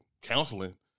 counseling